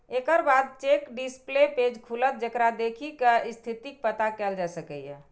एकर बाद check display page खुलत, जेकरा देखि कें स्थितिक पता कैल जा सकैए